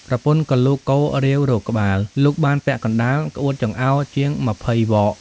ប្រពន្ធក៏លូកកូរាវរកក្បាល លូកបានពាក់កណ្ដាលក្អួតចង្អោរជាង២០វក។